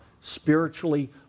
spiritually